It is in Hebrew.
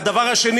והדבר האחר,